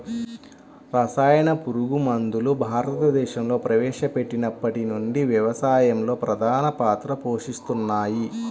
రసాయన పురుగుమందులు భారతదేశంలో ప్రవేశపెట్టినప్పటి నుండి వ్యవసాయంలో ప్రధాన పాత్ర పోషిస్తున్నాయి